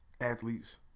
athletes